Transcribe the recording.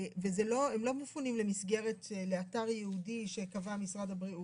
והם לא מפונים לאתר ייעודי שקבע משרד הבריאות,